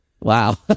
Wow